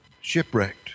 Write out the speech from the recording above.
shipwrecked